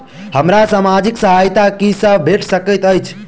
हमरा सामाजिक सहायता की सब भेट सकैत अछि?